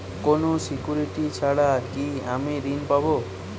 কোনো সিকুরিটি ছাড়া কি আমি ঋণ পাবো?